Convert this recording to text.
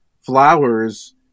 flowers